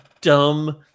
dumb